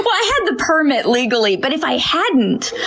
but i had the permit legally, but if i hadn't,